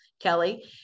Kelly